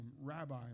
Rabbi